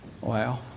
Wow